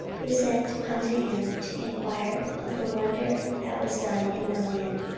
who sent unto him to enquire of the wonder that was done in the land,